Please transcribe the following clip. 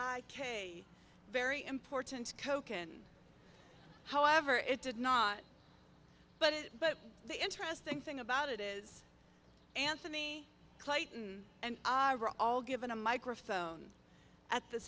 i k very important coke and however it did not but it but the interesting thing about it is anthony clayton and i were all given a microphone at this